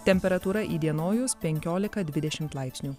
temperatūra įdienojus penkiolika dvidešimt laipsnių